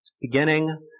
beginning